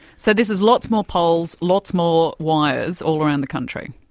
so this is lots more poles, lots more wires, all around the country.